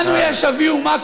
לנו יש אבי אומה,